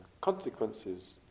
consequences